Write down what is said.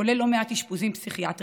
כולל לא מעט אשפוזים פסיכיאטריים,